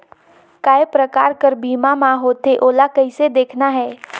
काय प्रकार कर बीमा मा होथे? ओला कइसे देखना है?